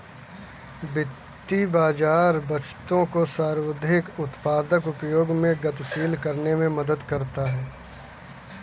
वित्तीय बाज़ार बचतों को सर्वाधिक उत्पादक उपयोगों में गतिशील करने में मदद करता है